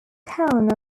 town